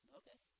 okay